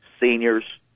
seniors